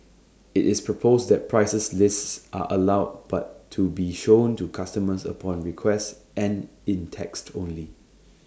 IT is proposed that prices lists are allowed but to be shown to customers upon request and in text only